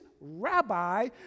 rabbi